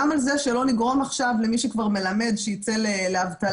גם על זה שלא נגרום עכשיו למי שכבר מלמד שייצא לאבטלה